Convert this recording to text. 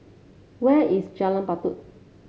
where is Jalan Batu